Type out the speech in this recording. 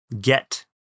get